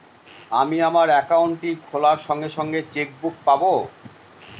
আমি আমার একাউন্টটি খোলার সঙ্গে সঙ্গে চেক বুক পাবো?